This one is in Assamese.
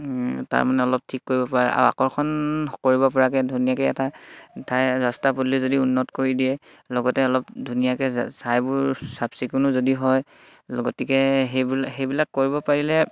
তাৰমানে অলপ ঠিক কৰিব পাৰে আৰু আকৰ্ষণ কৰিব পৰাকৈ ধুনীয়াকৈ এটা ঠাই ৰাস্তা পদূলি যদি উন্নত কৰি দিয়ে লগতে অলপ ধুনীয়াকৈ ঠাইবোৰ চাফ চিকুণো যদি হয় গতিকে সেইবি সেইবিলাক কৰিব পাৰিলে